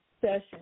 session